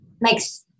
makes